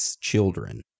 children